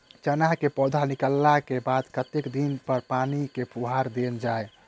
चना केँ पौधा निकलला केँ बाद कत्ते दिन पर पानि केँ फुहार देल जाएँ?